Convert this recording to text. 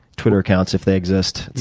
twitter accounts, if they exist,